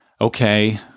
okay